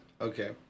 Okay